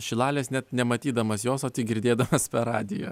šilalės net nematydamas jos o tik girdėdamas per radiją